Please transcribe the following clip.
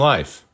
Life